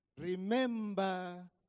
Remember